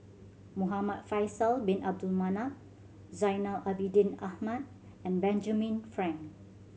Muhamad Faisal Bin Abdul Manap Zainal Abidin Ahmad and Benjamin Frank